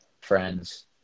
friends